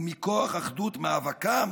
ומכוח אחדות מאבקם